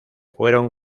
fueron